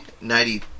ninety